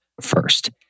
first